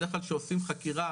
בדרך כלל שעושים חקירה,